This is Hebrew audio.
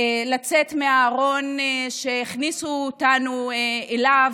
לצאת מהארון שהכניסו אותנו אליו,